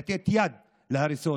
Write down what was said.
לתת יד להריסות.